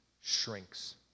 shrinks